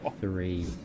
Three